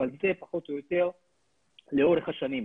אבל זה פחות או יותר לאורך השנים.